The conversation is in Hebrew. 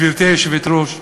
גברתי היושבת-ראש,